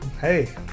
Hey